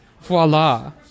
Voila